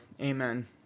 Amen